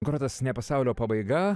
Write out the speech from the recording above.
bankrotas ne pasaulio pabaiga